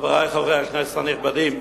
חברי חברי הכנסת הנכבדים,